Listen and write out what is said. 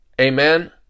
Amen